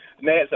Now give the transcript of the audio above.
Nancy